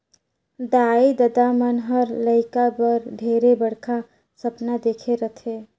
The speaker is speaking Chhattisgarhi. दाई ददा मन हर लेइका बर ढेरे बड़खा सपना देखे रथें